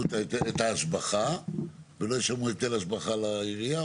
את ההשבחה ולא ישלמו היטל השבחה לעירייה?